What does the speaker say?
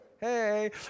hey